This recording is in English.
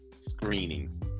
Screening